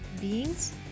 beings